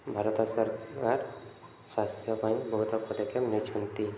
ଭାରତ ସରକାର ସ୍ୱାସ୍ଥ୍ୟ ପାଇଁ ବହୁତ ପଦକ୍ଷେପ ନେଇଛନ୍ତି